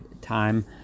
time